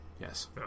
Yes